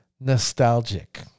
nostalgic